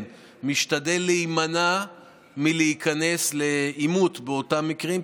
משתדל להימנע מלהיכנס לעימות באותם מקרים,